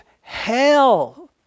hell